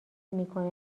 میکنه